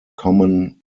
common